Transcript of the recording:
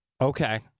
Okay